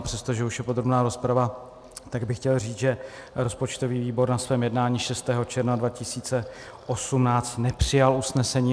A přestože už je podrobná rozprava, tak bych chtěl říct, že rozpočtový výbor na svém jednání 6. června 2018 nepřijal usnesení.